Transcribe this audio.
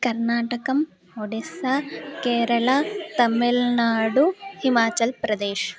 कर्नाटकम् ओडिस्सा केरळ तमिल्नाडु हिमाचल् प्रदेश्